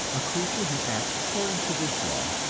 a creature who acts according to this law,